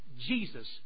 Jesus